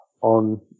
on